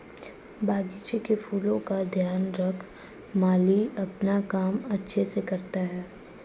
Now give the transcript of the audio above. बगीचे के फूलों का ध्यान रख माली अपना काम अच्छे से करता है